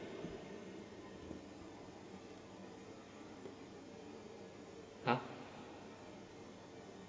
!huh!